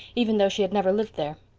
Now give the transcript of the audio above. even though she had never lived there.